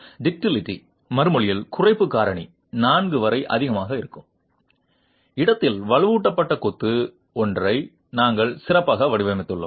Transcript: ductility மறுமொழி குறைப்பு காரணி 4 வரை அதிகமாக இருக்கும் இடத்தில் வலுவூட்டப்பட்ட கொத்து ஒன்றை நாங்கள் சிறப்பாக வடிவமைத்துள்ளோம்